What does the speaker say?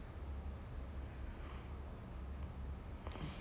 ya but that's how the story starts like